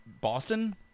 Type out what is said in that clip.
Boston